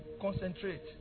Concentrate